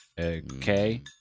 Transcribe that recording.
Okay